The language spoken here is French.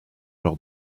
lors